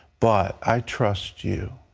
but i trust you.